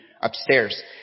upstairs